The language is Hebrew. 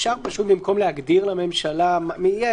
אפשר פשוט במקום להגדיר לממשלה מי יהיה,